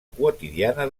quotidiana